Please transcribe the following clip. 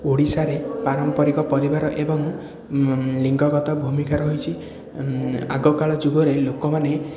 ଓଡ଼ିଶାରେ ପାରମ୍ପାରିକ ପରିବାର ଏବଂ ଲିଙ୍ଗଗତା ଭୂମିକା ରହିଛି ଆଗକାଳ ଯୁଗରେ ଲୋକମାନେ